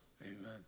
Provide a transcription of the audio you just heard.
Amen